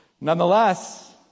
Nonetheless